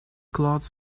clouds